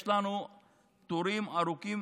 יש לנו תורים ארוכים